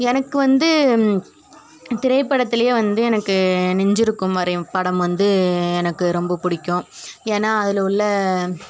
எனக்கு வந்து திரைப்படத்திலயே வந்து எனக்கு நெஞ்சிருக்கும் வரை படம் வந்து எனக்கு ரொம்ப பிடிக்கும் ஏன்னால் அதில் உள்ள